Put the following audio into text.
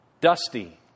dusty